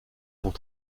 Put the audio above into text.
pour